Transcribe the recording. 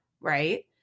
right